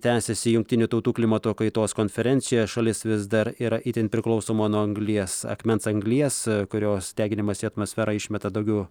tęsiasi jungtinių tautų klimato kaitos konferencija šalis vis dar yra itin priklausoma nuo anglies akmens anglies kurios deginimas į atmosferą išmeta daugiau